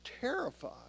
terrified